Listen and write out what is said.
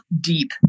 deep